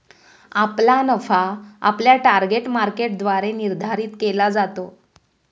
आपला नफा आपल्या टार्गेट मार्केटद्वारे निर्धारित केला जातो